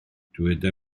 dyweda